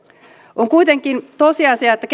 on kuitenkin tosiasia että